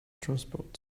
transport